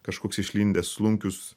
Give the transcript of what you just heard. kažkoks išlindęs slunkius